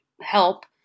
help